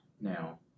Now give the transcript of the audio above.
Now